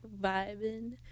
vibing